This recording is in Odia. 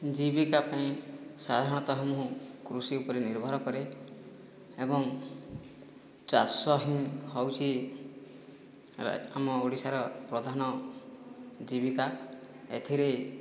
ଜୀବିକା ପାଇଁ ସାଧାରଣତଃ ମୁଁ କୃଷି ଉପରେ ନିର୍ଭର କରେ ଏବଂ ଚାଷ ହିଁ ହେଉଛି ଆମ ଓଡ଼ିଶାର ପ୍ରଧାନ ଜୀବିକା ଏଥିରେ